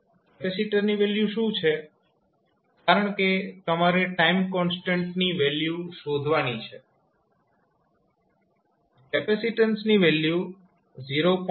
પછી કેપેસિટરની વેલ્યુ શું છે કારણકે તમારે ટાઈમ કોન્સ્ટન્ટની વેલ્યુ શોધવાની છે કેપેસિટન્સની વેલ્યુ 0